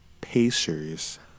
Pacers